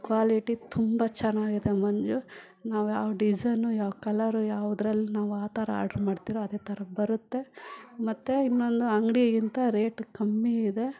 quality ತುಂಬ ಚೆನ್ನಾಗಿದೆ ಮಂಜು ನಾವು ಯಾವ ಡಿಸೈನು ಯಾವ ಕಲರು ಯಾವುದ್ರಲ್ ನಾವು ಆ ಥರ ಆರ್ಡ್ರ್ ಮಾಡ್ತಿರೋ ಅದೆ ಥರ ಬರುತ್ತೆ ಮತ್ತು ಇನ್ನೊಂದು ಅಂಗಡಿಗಿಂತ ರೇಟ್ ಕಮ್ಮಿಇದೆ